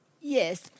yes